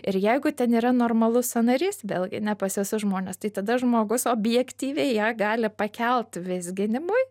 ir jeigu ten yra normalus sąnarys vėlgi ne pas visu žmones tai tada žmogus objektyviai ją gali pakelt vizginimui